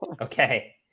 Okay